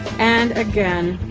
and, again,